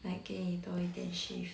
like 给你多一点 shift